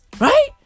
Right